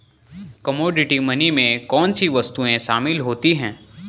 Commodity money में कौन सी वस्तुएं शामिल होती हैं?